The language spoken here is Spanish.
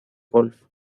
golf